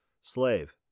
slave